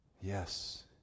Yes